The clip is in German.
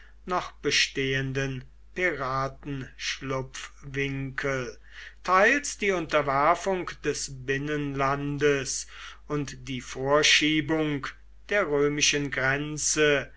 noch bestehenden piratenschlupfwinkel teils die unterwerfung des binnenlandes und die vorschiebung der römischen grenze